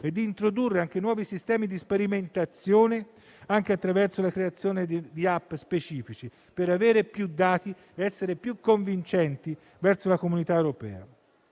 e a introdurre anche nuovi sistemi di sperimentazione, anche attraverso la creazione di *app* specifiche per avere più dati ed essere più convincenti verso la comunità europea.